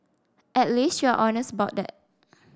at least you're honest about that